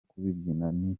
kubyinana